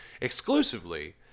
exclusively